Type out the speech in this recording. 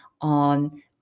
on